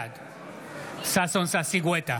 בעד ששון ששי גואטה,